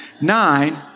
nine